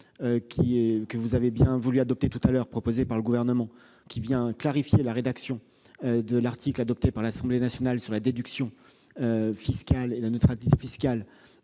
que vous avez bien voulu voter précédemment et qui vient clarifier la rédaction de l'article adopté par l'Assemblée nationale sur la déduction fiscale et la neutralité fiscale